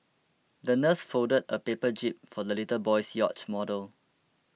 the nurse folded a paper jib for the little boy's yacht model